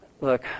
Look